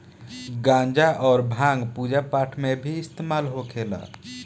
गांजा अउर भांग पूजा पाठ मे भी इस्तेमाल होखेला